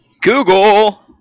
google